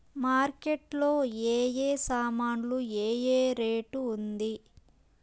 Market లో ఏ ఏ సామాన్లు ఏ ఏ రేటు ఉంది?